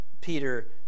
Peter